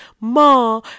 Ma